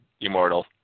immortal